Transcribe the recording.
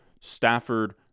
Stafford